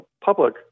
public